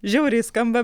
žiauriai skamba